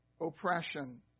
oppression